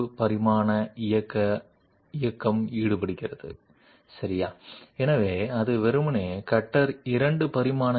కనుక ఇది కట్టర్ కేవలం 2 డైమెన్షన్ లో కదలడం మరియు మెటీరియల్ వంటి కొన్ని ప్లేట్ల నుండి 2 డైమెన్షనల్ ప్రొఫైల్ను కత్తిరించడం మొదలైనవి కాదు ఇది కట్టర్ యొక్క ఏకకాల 3 అక్షం కదలికను కలిగి ఉంటుంది